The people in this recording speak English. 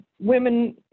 women